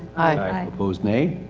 aye. opposed, nay?